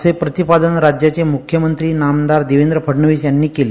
असं प्रतिपादन राज्याचे मुख्यमत्री देवेंद्र फडणविस यांनी केलं